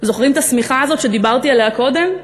זוכרים את השמיכה הזאת שדיברתי עליה קודם?